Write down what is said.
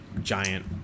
giant